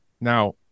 Now